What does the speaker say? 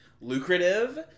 lucrative